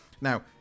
Now